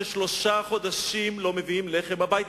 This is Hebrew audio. ששלושה חודשים הם לא מביאים לחם הביתה.